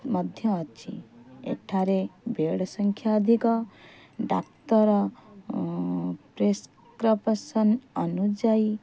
ମଧ୍ୟ ଅଛି ଏଠାରେ ବେଡ଼୍ ସଂଖ୍ୟା ମଧ୍ୟ ଅଧିକ ଡାକ୍ତର ପ୍ରେସ୍କ୍ରିପ୍ସନ୍ ଅନୁଯାୟୀ